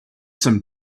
some